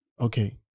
okay